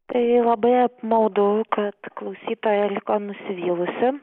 tai labai apmaudu kad klausytoja liko nusivylusi